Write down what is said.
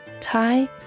Thai